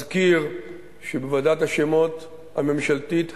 אזכיר שבוועדת השמות הממשלתית הראשונה,